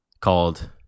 called